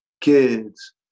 kids